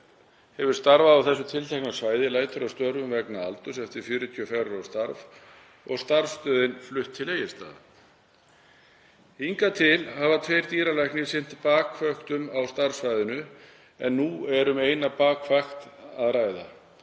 hefur starfað á þessu tiltekna svæði lætur af störfum vegna aldurs eftir 44 ára starf og starfsstöðin verður flutt til Egilsstaða. Hingað til hafa tveir dýralæknar sinnt bakvöktum á starfssvæðinu en nú er um eina bakvakt að ræða.